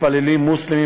מתפללים מוסלמים,